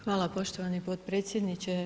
Hvala poštovani potpredsjedniče.